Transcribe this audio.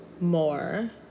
more